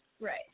right